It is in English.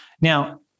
Now